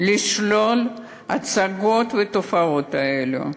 לשלול הצגות ותופעות כאלה.